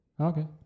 Okay